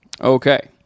Okay